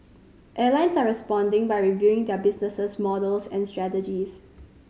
airlines are responding by reviewing their business models and strategies